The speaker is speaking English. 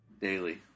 Daily